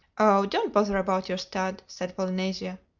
oh don't bother about your stud, said polynesia.